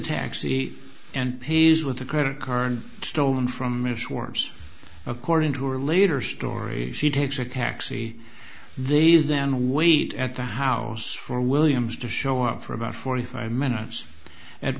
taxi and pays with a credit card stolen from miss worms according to or later stories he takes a taxi they then wait at the house for williams to show up for about forty five minutes at